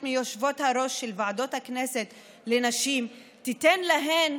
מיושבות-הראש של ועדות הכנסת לנשים תיתן להן,